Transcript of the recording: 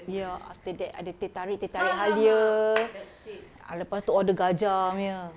ya after that ada teh tarik teh tarik halia ah lepas tu order gajah punya